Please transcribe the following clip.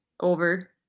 Over